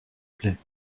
plait